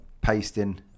pasting